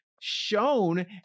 shown